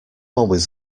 always